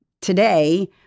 Today